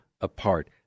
apart